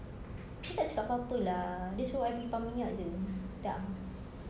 dia tak cakap apa apa lah dia suruh I pergi pump minyak jer dah